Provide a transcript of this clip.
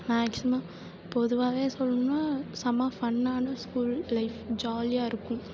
maximum பொதுவாகவே சொல்லணுன்னா செம்ம ஃபன்னான ஸ்கூல் லைஃப் ஜாலியாக இருக்கும்